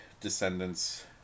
descendants